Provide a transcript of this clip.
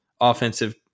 offensive